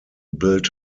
build